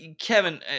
Kevin